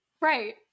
right